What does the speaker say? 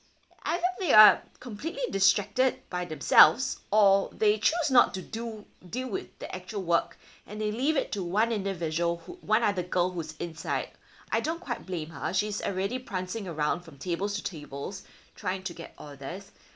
I don't think they are completely distracted by themselves or they choose not to do deal with the actual work and they leave it to one individual who one other girl who's inside I don't quite blame her she's already prancing around from tables to tables trying to get orders